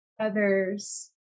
others